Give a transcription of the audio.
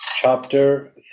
Chapter